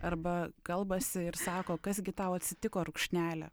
arba kalbasi ir sako kas gi tau atsitiko rukšnele